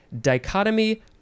dichotomy